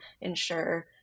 ensure